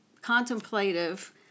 contemplative